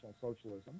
socialism